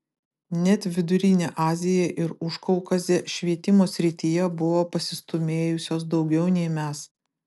net vidurinė azija ir užkaukazė švietimo srityje buvo pasistūmėjusios daugiau nei mes